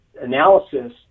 analysis